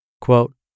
Quote